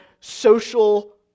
social